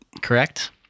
Correct